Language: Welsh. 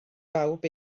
bawb